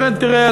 לכן תראה,